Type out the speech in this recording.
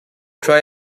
try